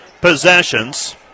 possessions